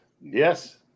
Yes